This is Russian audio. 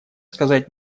сказать